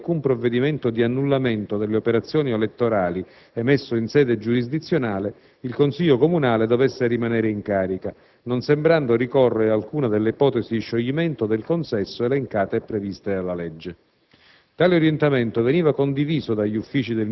il prefetto di Avellino ritenne che, non essendovi alcun provvedimento di annullamento delle operazioni elettorali emesso in sede giurisdizionale, il Consiglio comunale dovesse rimanere in carica, non sembrando ricorrere alcuna delle ipotesi di scioglimento del consesso elencate e previste dalla legge.